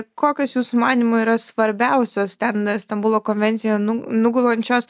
kokios jūsų manymu yra svarbiausios ten stambulo konvencijoje nu nugulančios